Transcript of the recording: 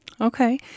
Okay